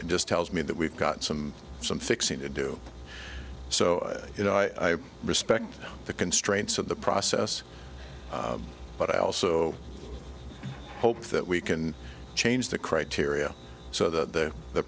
it just tells me that we've got some some fixing to do so you know i respect the constraints of the process but i also hope that we can change the criteria so that the